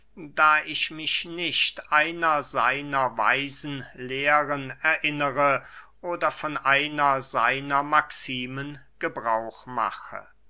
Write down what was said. da ich mich nicht einer seiner weisen lehren erinnere oder von einer seiner maximen gebrauch mache